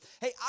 Hey